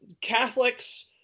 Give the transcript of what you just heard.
Catholics